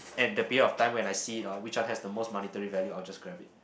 and the period of time when I see it orh which one has the most monetary value I'll just grab it